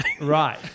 Right